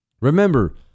Remember